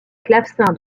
clavecin